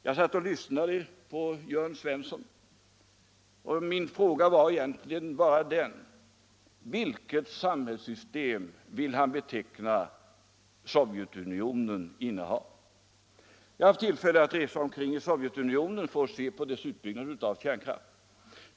Jag satt och lyssnade på Jörn Svensson, och min fråga var egentligen bara: Hur vill han beteckna det samhällssystem som Sovjetunionen har? Jag har haft tillfälle att resa omkring i Sovjetunionen och fått se på deras utbyggnad av kärnkraften.